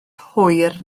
hwyr